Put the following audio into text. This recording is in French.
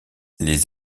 les